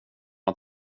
man